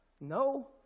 No